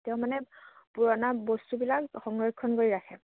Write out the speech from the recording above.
তেওঁ মানে পুৰণা বস্তুবিলাক সংৰক্ষণ কৰি ৰাখে